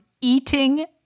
eating